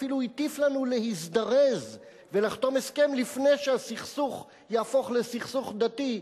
אפילו הטיף לנו להזדרז ולחתום הסכם לפני שהסכסוך יהפוך לסכסוך דתי,